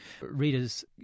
readers